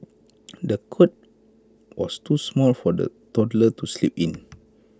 the cot was too small for the toddler to sleep in